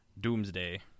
Doomsday